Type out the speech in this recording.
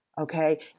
Okay